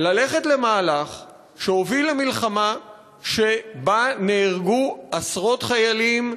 ללכת למהלך שהוביל למלחמה שבה נהרגו עשרות חיילים,